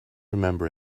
remember